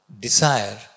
desire